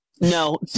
No